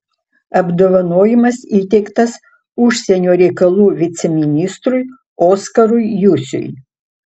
apdovanojimas įteiktas užsienio reikalų viceministrui oskarui jusiui